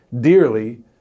dearly